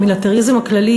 המיליטריזם הכללי,